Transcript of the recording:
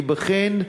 ייבחן,